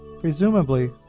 Presumably